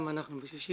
גם אנחנו בשישי,